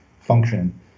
function